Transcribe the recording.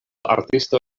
artisto